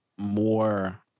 more